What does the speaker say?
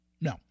no